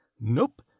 Nope